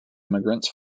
immigrants